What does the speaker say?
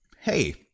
hey